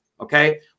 okay